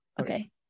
okay